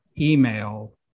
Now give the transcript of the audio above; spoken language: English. email